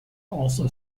also